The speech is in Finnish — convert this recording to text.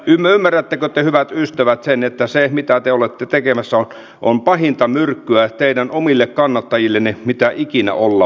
ymmärrättekö te hyvät ystävät sen että se mitä te olette tekemässä on pahinta myrkkyä teidän omille kannattajillenne mitä ikinä olla voi